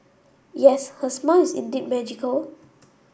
yes her smile is indeed magical